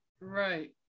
Right